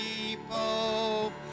people